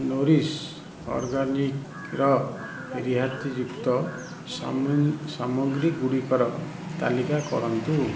Nourish ଅର୍ଗାନିକ୍ର ରିହାତିଯୁକ୍ତ ସାମଗ୍ରୀଗୁଡ଼ିକର ତାଲିକା କରନ୍ତୁ